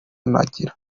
nagira